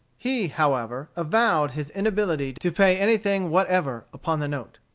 he, however, avowed his inability to pay anything whatever, upon the note.